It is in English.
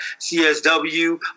CSW